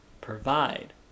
provide